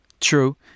True